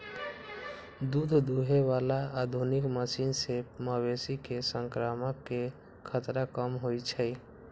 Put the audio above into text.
दूध दुहे बला आधुनिक मशीन से मवेशी में संक्रमण के खतरा कम होई छै